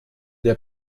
der